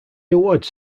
awards